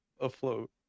afloat